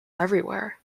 everywhere